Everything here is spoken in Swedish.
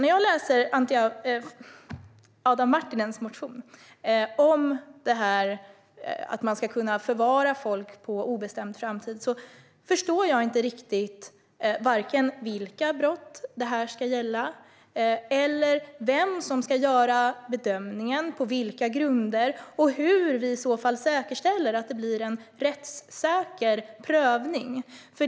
När jag läser Adam Marttinens motion om att man ska kunna förvara folk på obestämd framtid förstår jag inte riktigt vare sig vilka brott det här ska gälla eller vem som ska göra bedömningen och på vilka grunder. Hur säkerställer vi i så fall att det blir en rättssäker prövning?